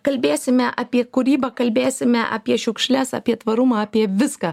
kalbėsime apie kūrybą kalbėsime apie šiukšles apie tvarumą apie viską